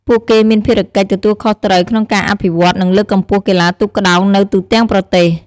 ពួកគេមានភារកិច្ចទទួលខុសត្រូវក្នុងការអភិវឌ្ឍន៍ និងលើកកម្ពស់កីឡាទូកក្ដោងនៅទូទាំងប្រទេស។